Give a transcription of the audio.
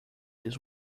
this